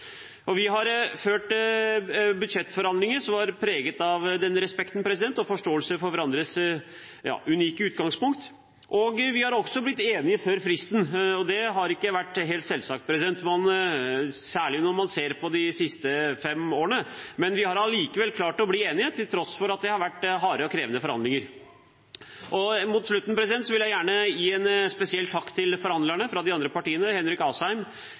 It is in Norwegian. Vi har ført budsjettforhandlinger som har vært preget av respekten og forståelsen for hverandres unike utgangspunkt. Vi har også blitt enige før fristen, og det har ikke vært helt selvsagt, særlig når vi ser på de siste fem årene. Vi har klart å bli enige til tross for at det har vært harde og krevende forhandlinger. Mot slutten vil jeg gjerne rette en spesiell takk til forhandlerne fra de andre partiene, Henrik Asheim,